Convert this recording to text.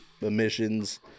emissions